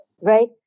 Right